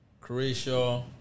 Croatia